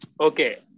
Okay